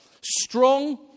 strong